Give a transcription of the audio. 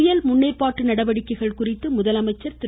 புயல் முன்னேற்பாட்டு நடவடிக்கைகள் குறித்து முதலமைச்சர் திரு